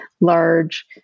large